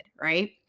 right